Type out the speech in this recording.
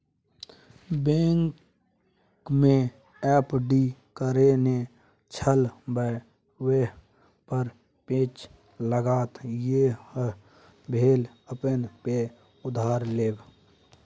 बैंकमे एफ.डी करेने छल आब वैह पर पैंच लेताह यैह भेल अपने पाय उधार लेब